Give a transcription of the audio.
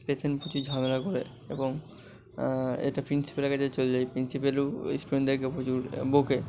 patient কিছু ঝামেলা করে এবং এটা প্রিন্সিপালের কাছে চলে যায় প্রিন্সিপালও ইস্টুডেন্টদেরকে প্রচুর বকে